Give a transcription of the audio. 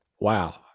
wow